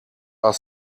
are